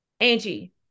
Angie